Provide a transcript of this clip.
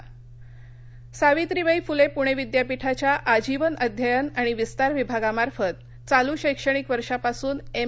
आजीवन सावित्रीबाई फुले पूणे विद्यापीठाच्या आजीवन अध्ययन आणि विस्तार विभागामार्फत चालू शैक्षणिक वर्षापासून एम